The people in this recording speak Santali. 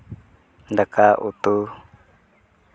ᱫᱟᱠᱟ ᱩᱛᱩ